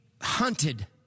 hunted